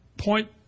Point